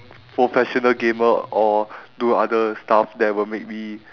professional gamer or do other stuff that will make me